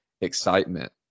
excitement